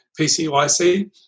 PCYC